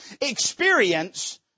Experience